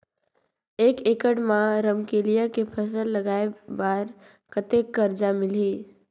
एक एकड़ मा रमकेलिया के फसल लगाय बार कतेक कर्जा मिलही?